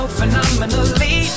phenomenally